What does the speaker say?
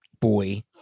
boy